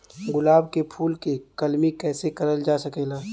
गुलाब क फूल के कलमी कैसे करल जा सकेला?